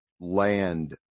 land